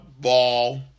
ball